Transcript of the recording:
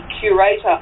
curator